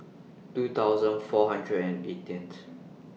two thousand four hundred and eighteenth